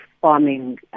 farming